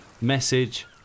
message